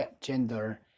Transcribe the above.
gender